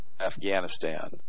Afghanistan